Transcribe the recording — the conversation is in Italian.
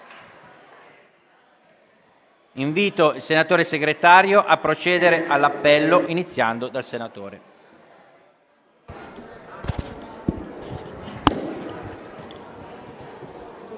Invito il senatore Segretario a procedere all'appello, iniziando dal senatore